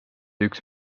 üks